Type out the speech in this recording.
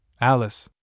Alice